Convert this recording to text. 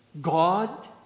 God